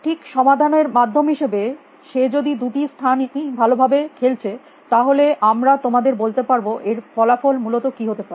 ঠিক সমাধানের মাধ্যম হিসাবে যে যদি দুটি স্থানই ভালো ভাবে খেলছে তাহলে আমরা তোমাদের বলতে পারব এর ফলাফল মূলত কী হতে পারে